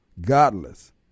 Godless